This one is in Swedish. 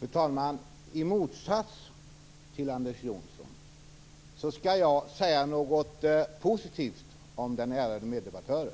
Fru talman! I motsats till Anders Johnson skall jag säga någonting positivt om min meddebattör.